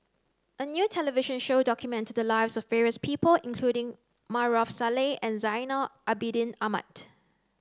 a new television show documented the lives of various people including Maarof Salleh and Zainal Abidin Ahmad